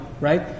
right